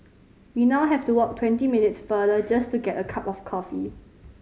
we now have to walk twenty minutes farther just to get a cup of coffee